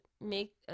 make